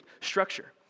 structure